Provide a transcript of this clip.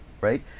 right